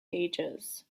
ages